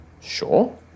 Sure